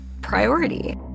priority